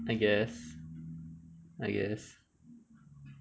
I guess I guess